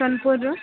ସୋନପୁରରୁ